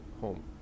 home